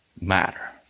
matter